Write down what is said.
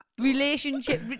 Relationship